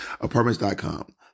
Apartments.com